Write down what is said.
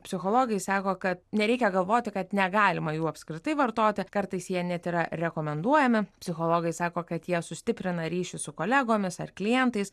psichologai sako kad nereikia galvoti kad negalima jų apskritai vartoti kartais jie net ir yra rekomenduojami psichologai sako kad jie sustiprina ryšį su kolegomis ar klientais